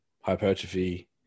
hypertrophy